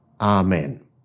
Amen